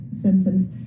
symptoms